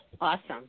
Awesome